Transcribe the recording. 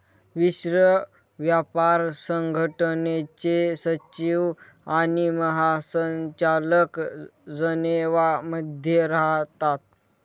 विश्व व्यापार संघटनेचे सचिव आणि महासंचालक जनेवा मध्ये राहतात